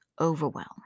overwhelm